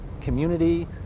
community